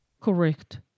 Correct